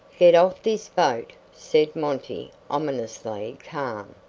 get off this boat, said monty, ominously calm,